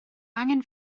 angen